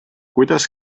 kuidas